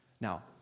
Now